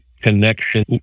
connection